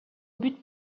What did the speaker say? but